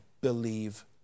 believe